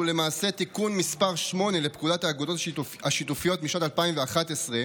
שהוא למעשה תיקון מס' 8 לפקודת האגודות השיתופיות משנת 2011,